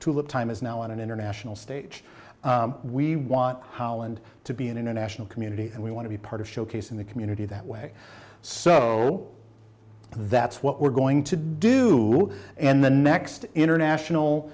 look time is now on an international stage we want howland to be an international community and we want to be part of showcasing the community that way so that's what we're going to do and the next international